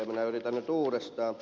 minä yritän nyt uudestaan